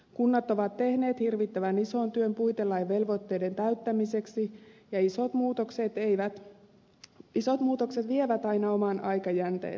kunnat ovat tehneet hirvittävän ison työn puitelain velvoitteiden täyttämiseksi ja isot muutokset vievät aina oman aikajänteensä